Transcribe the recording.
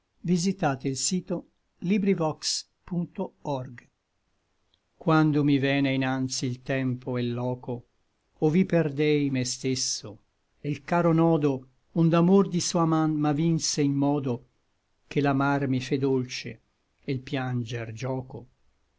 tel credo quando mi vène inanzi il tempo e l loco ov'i perdei me stesso e l caro nodo ond'amor di sua man m'avinse in modo che l'amar mi fe dolce e l pianger gioco